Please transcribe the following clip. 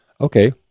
okay